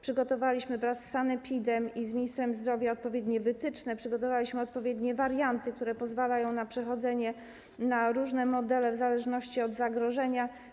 Przygotowaliśmy wraz z sanepidem i ministrem zdrowia odpowiednie wytyczne, odpowiednie warianty, które pozwalają na przechodzenie na różne modele w zależności od zagrożenia.